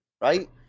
Right